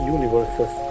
Universes